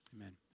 Amen